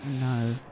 No